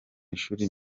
ishuri